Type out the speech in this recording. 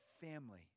family